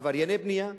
עברייני בנייה,